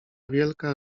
wielka